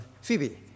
Phoebe